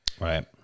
right